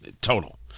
total